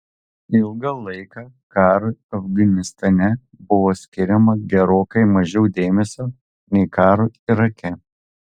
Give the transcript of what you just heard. ilgą laiką karui afganistane buvo skiriama gerokai mažiau dėmesio nei karui irake